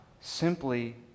simply